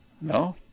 no